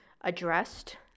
addressed